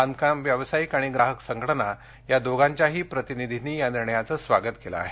बांधकाम व्यावसायिक आणि ग्राहक संघटना या दोघांच्याही प्रतिनिधींनी या निर्णयाचं स्वागत केलं आहे